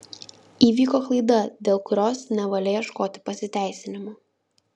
įvyko klaida dėl kurios nevalia ieškoti pasiteisinimų